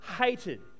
hated